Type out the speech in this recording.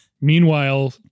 meanwhile